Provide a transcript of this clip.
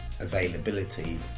availability